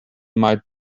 might